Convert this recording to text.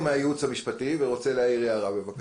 אפשר להעיר שזו חלופה